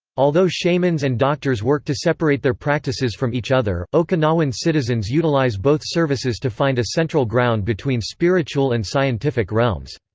although shamans and doctors work to separate their practices from each other, okinawan citizens utilize both services to find a central ground between spiritual and scientific realms.